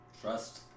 Trust